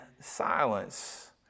silence